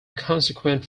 consequent